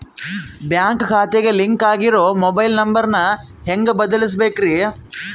Bank ಖಾತೆಗೆ link ಆಗಿರೋ mobile number ನ ಹೆಂಗ್ ಬದಲಿಸಬೇಕ್ರಿ?